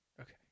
Okay